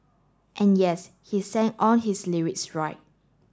and yes he sang all his lyrics right